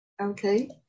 Okay